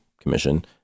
Commission